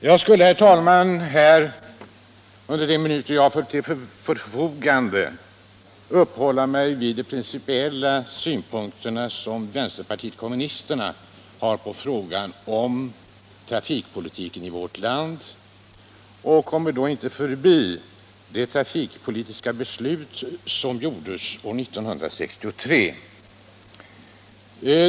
Jag skulle under de minuter jag har till förfogande vilja uppehålla mig vid de principiella synpunkter som vänsterpartiet kommunisterna har på frågan om trafikpolitiken i vårt land, och jag kommer då inte förbi det trafikpolitiska beslut som fattades år 1963.